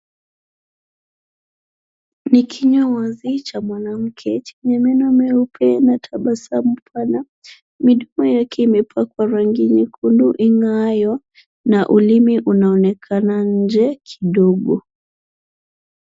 Ni kinywa wazi cha mwanamke chenye meno nyeupe na tabasamu pana. Midomo yake imepakwa rangi nyekundu ing'aayo na ulimi unaonekana nje kidogo.